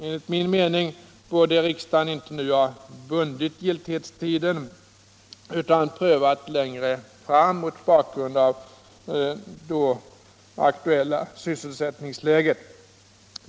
Enligt min mening borde riksdagen inte ha bundit giltighetstiden utan prövat den längre fram mot bakgrund av då rådande sysselsättningsläge.